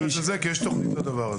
יש תוכנית לדבר הזה.